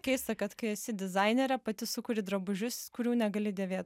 keista kad kai esi dizainerė pati sukuri drabužius kurių negali dėvėt